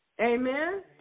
Amen